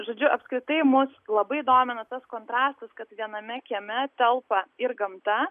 žodžiu apskritai mus labai domina tas kontrastas kad viename kieme telpa ir gamta